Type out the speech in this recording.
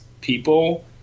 people